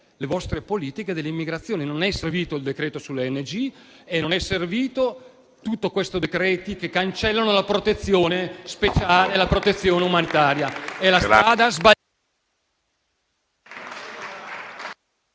le vostre politiche sull'immigrazione. Non è servito il decreto sulle ONG e non sono serviti tutti questi decreti che cancellano la protezione speciale e la protezione umanitaria.